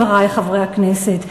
חברי חברי הכנסת.